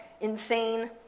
insane